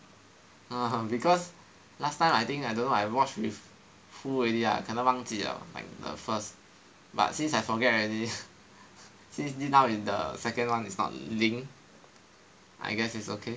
um because last time I think I don't know I watch with who already ah 可能忘记 like the first but since I forget already since this now is the second one is not linked I guess it's okay